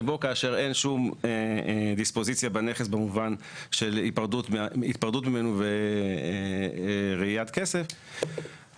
שבו כאשר אין שום דיספוזיציה בנכס במובן של היפרדות ממנו וראיית כסף,